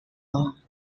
long